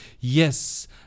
yes